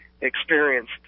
experienced